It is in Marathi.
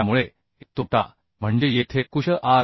त्यामुळे एक तोटा म्हणजे येथे कुशल आर